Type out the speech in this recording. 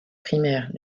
primaire